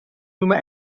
nummer